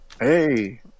Hey